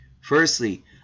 Firstly